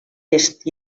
est